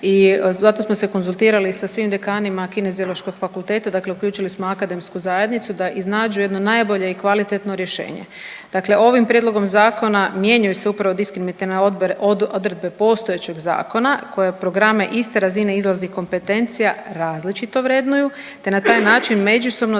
i zato smo se konzultirali sa svim dekanima Kineziološkog fakulteta, dakle uključili smo akademsku zajednicu da izađu jedno najbolje i kvalitetno rješenje. Dakle ovim Prijedlogom zakona mijenjaju se upravo diskriminatorne odredbe postojećeg Zakona koje programe iste razine .../nerazumljivo/... kompetencija različito vrednuju te na taj način međusobno